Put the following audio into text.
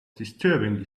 disturbingly